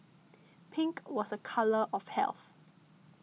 pink was a colour of health